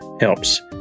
helps